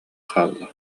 хаалла